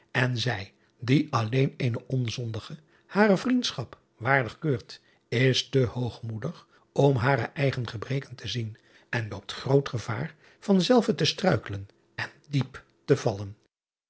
en zij die alleen eene onzondige hare vriendschap waardig keurt is te hoogmoedig om hare eigen gebreken te zien en loopt groot gevaar van zelve te struikelen en diep te vallen